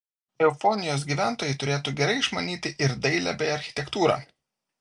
eufonijos gyventojai turėtų gerai išmanyti ir dailę bei architektūrą